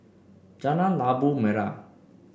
Jalan Labu Merah